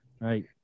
right